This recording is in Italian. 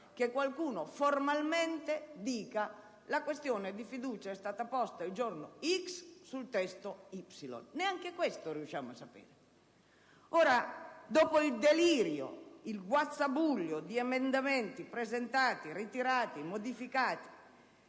che qualcuno formalmente dichiari che la questione di fiducia è stata posta il giorno X sul testo Y. Neanche questo riusciamo a sapere. Dopo il delirio, il guazzabuglio di emendamenti presentati, ritirati, modificati,